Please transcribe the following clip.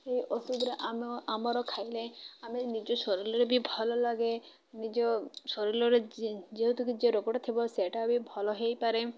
ସେଇ ଔଷଧରେ ଆମେ ଆମର ଖାଇଲେ ଆମେ ନିଜ ଶରୀରରେ ବି ଭଲ ଲାଗେ ନିଜ ଶରୀରରେ ଯେହେତୁ କି ରୋଗଟା ଥିବ ସେଇଟା ବି ଭଲ ହେଇପାରେ